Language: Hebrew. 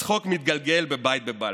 הצחוק מתגלגל בבית בבלפור.